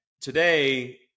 today